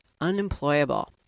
unemployable